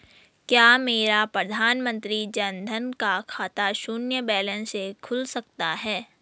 क्या मेरा प्रधानमंत्री जन धन का खाता शून्य बैलेंस से खुल सकता है?